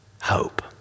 hope